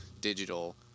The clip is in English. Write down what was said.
digital